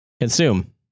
Consume